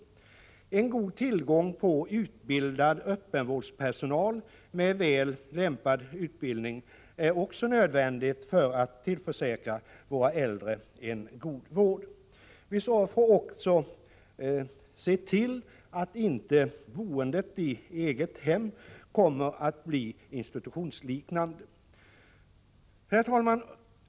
Också en god tillgång till utbildad öppenvårdspersonal med en väl anpassad utbildning är nödvändig för att tillförsäkra våra äldre en god vård. Vi får vidare se till att boendet i eget hem inte blir institutionsliknande.